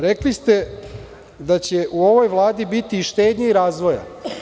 Rekli ste da će u ovoj Vladi biti i štednje i razvoja.